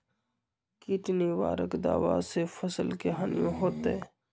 किट निवारक दावा से फसल के हानियों होतै?